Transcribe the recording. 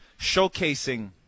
showcasing